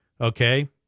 Okay